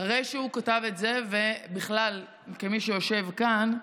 אחרי שהוא כתב את זה, ובכלל, כמי שיושב כאן,